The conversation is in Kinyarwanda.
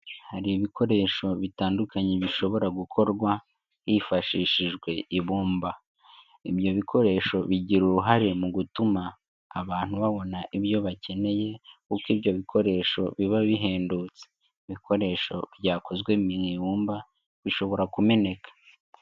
Hari ibikoresho bitandukanye bishobora gukorwa hifashishijwe ibumba, ibyo bikoresho bigira uruhare mu gutuma abantu babona ibyo bakeneye kuko ibyo bikoresho biba bihendutse, ibikoresho byakozwe mu ibumba bishobora kumeneka.